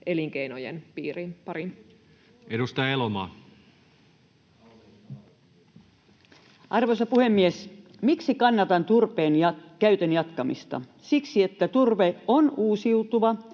elinkeinojen pariin. Edustaja Elomaa. Arvoisa puhemies! Miksi kannatan turpeen käytön jatkamista? Siksi, että turve on uusiutuva,